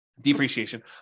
depreciation